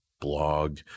blog